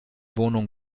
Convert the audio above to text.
wohnung